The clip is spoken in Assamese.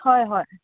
হয় হয়